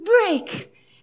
break